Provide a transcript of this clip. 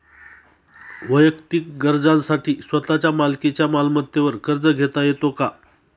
वैयक्तिक गरजांसाठी स्वतःच्या मालकीच्या मालमत्तेवर कर्ज घेता येतो का?